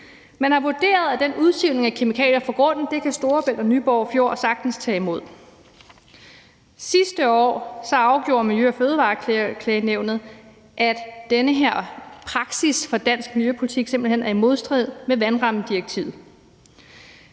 og så sker der ikke noget; det siver sådan set ud – kan Storebælt og Nyborg Fjord sagtens tage imod. Sidste år afgjorde Miljø- og Fødevareklagenævnet, at den her praksis for dansk miljøpolitik simpelt hen er i modstrid med vandrammedirektivet.